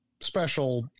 special